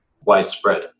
widespread